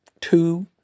two